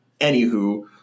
anywho